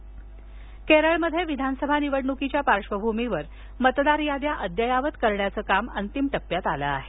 केरळ निवडणक केरळमध्ये विधानसभा निवडणुकीच्या पार्श्वभूमीवर मतदार याद्या अद्ययावत करण्याचं काम अंतिम टप्प्यात आलं आहे